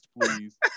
please